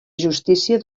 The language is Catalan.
justícia